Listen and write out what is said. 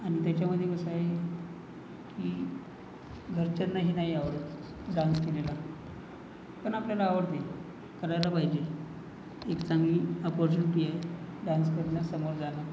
आणि त्याच्यामधे कसं आहे की घरच्यांनाही नाही आवडत डान्स केलेला पण आपल्याला आवडते करायला पाहिजे एक चांगली अपोरचुनिटी आहे डान्स करणं समोर जाणं